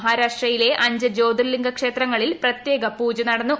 മഹാരാഷ്ട്രയിലെ അഞ്ച് ജ്യോതിർലിംഗ ക്ഷേത്രങ്ങളിൽ പ്രത്യേക പൂജ നടന്നു